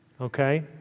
okay